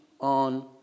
on